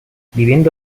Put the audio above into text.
viviendo